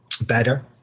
better